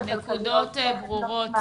הנקודות ברורות.